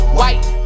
white